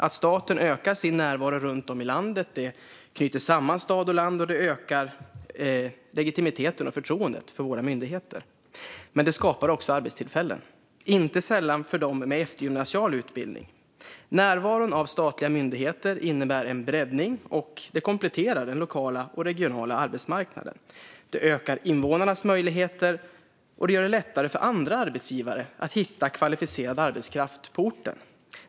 Att staten ökar sin närvaro runt om i landet knyter samman stad och land och ökar legitimiteten och förtroendet för våra myndigheter. Men det skapar också arbetstillfällen, inte sällan för dem med eftergymnasial utbildning. Närvaro av statliga myndigheter innebär en breddning och kompletterar den lokala och regionala arbetsmarknaden. Det ökar invånarnas möjligheter och gör det lättare för andra arbetsgivare att hitta kvalificerad arbetskraft på orten.